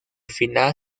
final